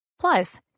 Plus